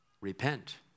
Repent